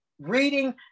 reading